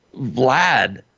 Vlad